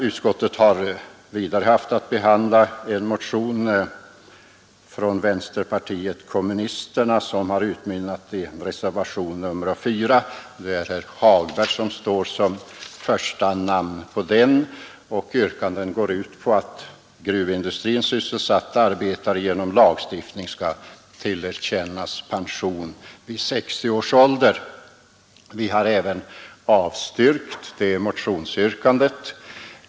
Utskottet har vidare haft att behandla en motion från vänsterpartiet kommunisterna som utmynnat i reservationen IV av herr Olsson i Stockholm. Yrkandet går ut på att inom gruvindustrin sysselsatta arbetare genom lagstiftning skall tillerkännas pensionering vid 60 års ålder. Vi har avstyrkt även detta motionsyrkande.